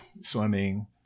swimming